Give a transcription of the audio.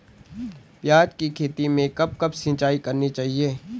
प्याज़ की खेती में कब कब सिंचाई करनी चाहिये?